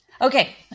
Okay